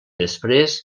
després